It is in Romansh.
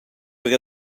per